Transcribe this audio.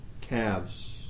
calves